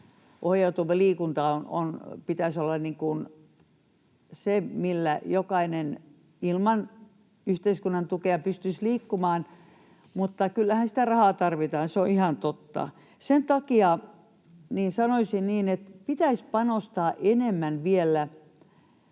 itseohjautuvan liikunnan pitäisi olla se, millä jokainen ilman yhteiskunnan tukea pystyisi liikkumaan, mutta kyllähän sitä rahaa tarvitaan, se on ihan totta. Sen takia sanoisin, että pitäisi panostaa enemmän vielä.